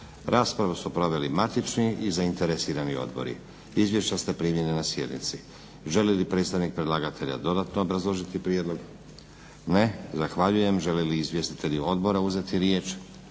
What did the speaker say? Raspravu su proveli matični i zainteresirani odbori. Izvješća ste primili na sjednici. Želi li predstavnik predlagatelja dodatno obrazložiti prijedlog? Ne. Zahvaljujem. Žele li izvjestitelji odbora uzeti riječ?